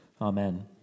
Amen